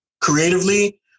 creatively